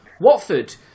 Watford